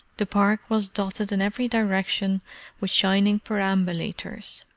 the park was dotted in every direction with shining perambulators,